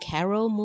Carol